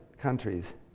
countries